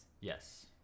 yes